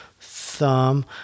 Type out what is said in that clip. thumb